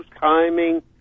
timing